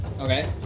Okay